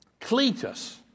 Cletus